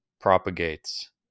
propagates